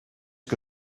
que